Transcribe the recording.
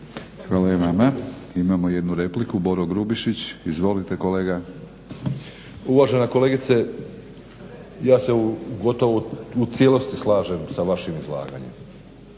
Hvala i vama. Imamo jednu repliku, Boro Grubišić. Izvolite kolega. **Grubišić, Boro (HDSSB)** Uvažena kolegice ja se gotovo u cijelosti slažem sa vašim izlaganjem.